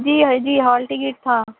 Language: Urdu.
جی ہال جی ہال ٹکٹ تھا